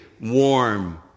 warm